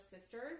sisters